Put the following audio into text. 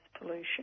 pollution